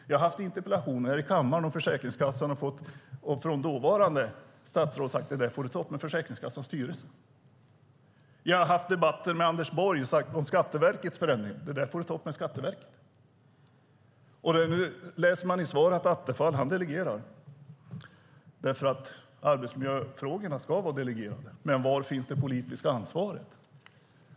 Jag har haft interpellationsdebatter här i kammaren om Försäkringskassan, och dåvarande statsrådet sade: Det får du ta upp med Försäkringskassans styrelse. Jag har haft debatter med Anders Borg om Skattverkets förändring och fått svaret: Det får du ta upp med Skatteverket. Nu läser jag i svaret att Attefall delegerar, eftersom arbetsmiljöfrågorna ska vara delegerade. Men var finns det politiska ansvaret?